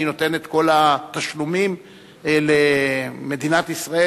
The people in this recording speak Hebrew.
אני נותן את כל התשלומים למדינת ישראל.